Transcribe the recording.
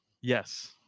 Yes